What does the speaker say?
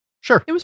Sure